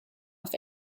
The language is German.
auf